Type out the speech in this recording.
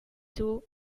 too